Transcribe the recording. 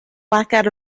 blackout